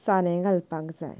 सारें घालपाक जाय